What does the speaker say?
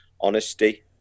honesty